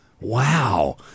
Wow